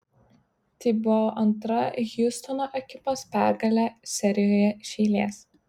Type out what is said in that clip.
tai buvo antra hjustono ekipos pergalė serijoje iš eilės